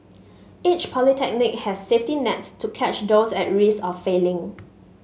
each polytechnic has safety nets to catch those at risk of failing